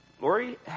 Lori